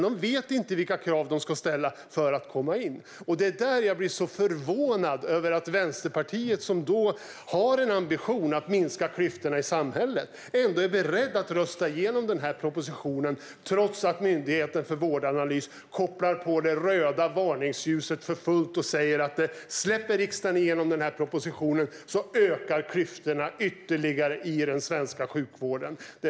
De vet inte vilka krav de ska ställa för att komma in. Det är därför jag blir så förvånad över att Vänsterpartiet, som har en ambition att minska klyftorna i samhället, ändå är beredda att rösta igenom propositionen trots att Myndigheten för vårdanalys kopplar på det röda varningsljuset för fullt och säger: Om riksdagen släpper igenom propositionen ökar klyftorna ytterligare i den svenska sjukvården.